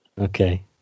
Okay